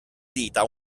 dita